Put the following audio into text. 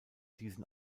diesen